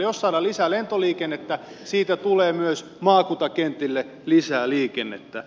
jos saadaan lisää lentoliikennettä siitä tulee myös maakuntakentille lisää liikennettä